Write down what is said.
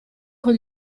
con